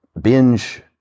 binge